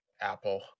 Apple